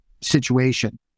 situation